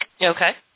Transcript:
Okay